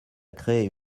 créer